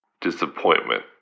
Disappointment